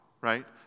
right